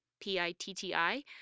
P-I-T-T-I